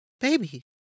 Baby